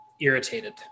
irritated